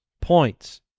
points